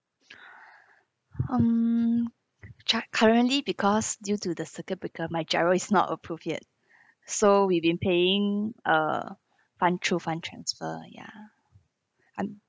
um chu~ currently because due to the circuit breaker my GIRO is not approved yet so we've been paying uh fund to fund transfer ya